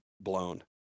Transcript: blown